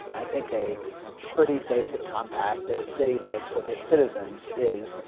i think a pretty basic compact that a city makes with its citizens is,